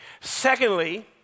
Secondly